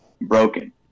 broken